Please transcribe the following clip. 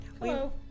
hello